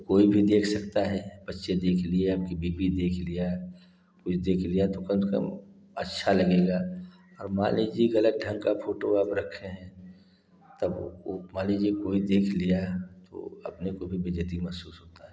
कोई भी देख सकता है बच्चे देख लिए आपकी बीबी कोई देख लिया तो कम से कम अच्छा लगेगा और मान लीजिए ग़लत ढंग की फोटो आप रखें हैं तब वह मान लीजिए कोई देख लिया तो अपने को ही बेइज़्ज़ती महसूस होती है